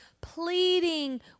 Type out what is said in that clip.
pleading